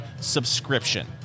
subscription